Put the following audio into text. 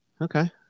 okay